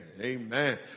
Amen